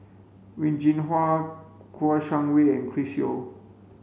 Wen Jinhua Kouo Shang Wei and Chris Yeo